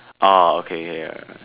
orh okay err